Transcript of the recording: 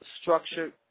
structured